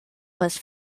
was